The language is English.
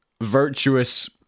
virtuous